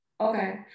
Okay